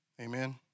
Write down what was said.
Amen